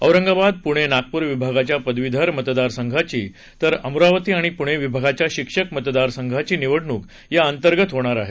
औरंगाबाद पुणे नागपूर विभागाच्या पदवीधर मतदार संघाची तर अमरावती आणि पुणे विभागाच्या शिक्षक मतदार संघांची निवडणूक या अंतर्गत होणार आहे